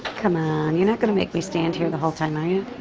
come on, you're not gonna make me stand here the whole time, are you?